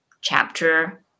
chapter